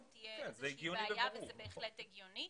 תהיה איזו שהיא בעיה וזה בהחלט הגיוני.